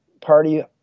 party